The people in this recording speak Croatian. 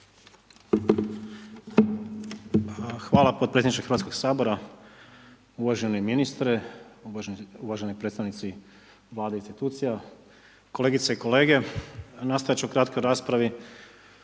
Hvala podpredsjedniče Hrvatskog sabora, uvaženi ministre, uvaženi predstavnici vlade institucija, kolegice i kolege, nastojat ću u kratkoj raspravi